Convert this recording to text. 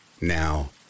Now